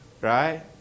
Right